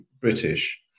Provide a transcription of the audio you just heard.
British